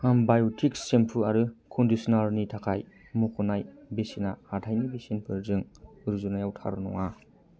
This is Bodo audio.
बायटिक सेम्फु आरो कन्डिसनारनि थाखाय मुख'नाय बेसेना हाथायनि बेसेनफोरजों रुजुनायाव थार नङा